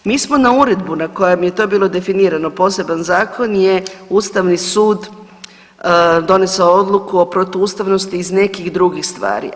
Mi smo na uredbu na kojem je to bilo definirano poseban zakon je Ustavni sud donesao odluku o protuustavnosti iz nekih drugih stvari.